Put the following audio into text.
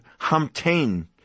hamtain